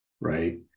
right